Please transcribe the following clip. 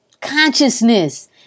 Consciousness